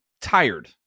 tired